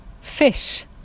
fish